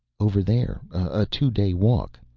over there, a two-day walk.